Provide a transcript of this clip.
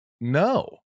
no